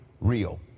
real